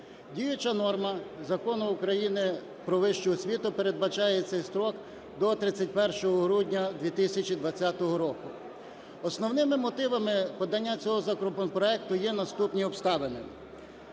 Діюча норма Закону України "Про вищу освіту" передбачає цей строк до 31 грудня 2020 року. Основними мотивами подання цього законопроекту є наступні обставини.